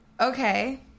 Okay